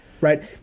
Right